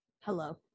hello